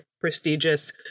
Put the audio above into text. prestigious